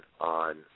on